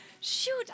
Shoot